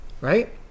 right